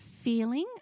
feeling